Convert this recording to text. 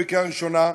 בקריאה ראשונה,